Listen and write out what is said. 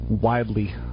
widely